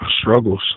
struggles